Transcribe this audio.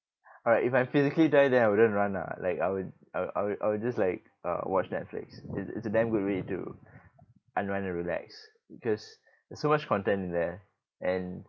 alright if I'm physically tired then I wouldn't run lah like I would I I would I would just like uh watch netflix it it's a damn good way to unwind and relax because there's so much content in there and